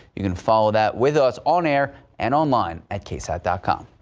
you can follow that with us on air and online at ksat dot com.